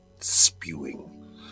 spewing